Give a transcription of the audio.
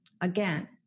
again